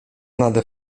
nade